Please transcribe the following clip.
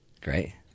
Great